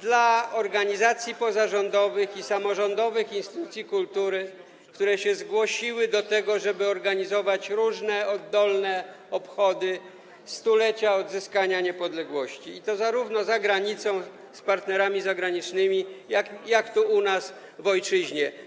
dla organizacji pozarządowych i samorządowych instytucji kultury, które zgłosiły się do tego, żeby organizować różne oddolne obchody 100-lecia odzyskania niepodległości, i to zarówno za granicą, z partnerami zagranicznymi, jak i u nas w ojczyźnie.